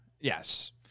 Yes